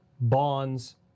bonds